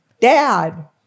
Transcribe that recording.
Dad